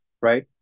right